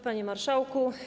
Panie Marszałku!